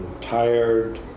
tired